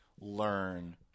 learn